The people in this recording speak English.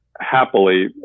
happily